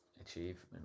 achieve